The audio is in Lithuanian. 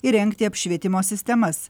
įrengti apšvietimo sistemas